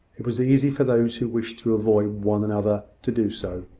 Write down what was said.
it was easy for those who wished to avoid one another to do so.